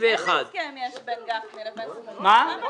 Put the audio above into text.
מי